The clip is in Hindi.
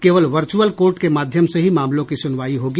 केवल वर्चुअल कोर्ट के माध्यम से ही मामलों की सुनवाई होगी